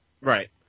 Right